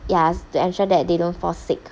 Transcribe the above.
ya to ensure that they don't fall sick